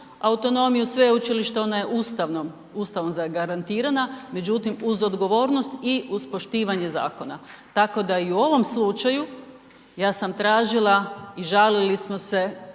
autonomiju sveučilišta, ona je Ustavom zagarantirana, međutim, uz odgovornost i uz poštivanje zakona. Tako da i u ovom slučaju, ja sam tražila i žalili smo se